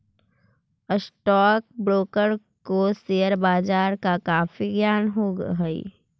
stock broker को share बाजार का काफी ज्ञान हो हई